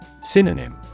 Synonym